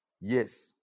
Yes